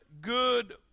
good